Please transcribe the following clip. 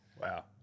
Wow